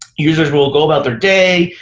users will go about their day.